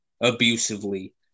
abusively